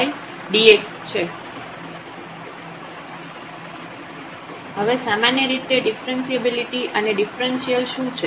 હવે સામાન્ય રીતે ડીફરન્સીએબિલિટી અને ડિફ્રન્સિયલ શું છે